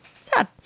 sad